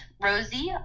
Rosie